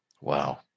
Wow